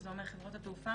שזה אומר חברות התעופה,